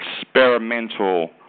experimental